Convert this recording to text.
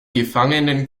gefangenen